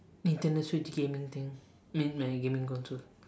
internet switch gaming thing mean my gaming control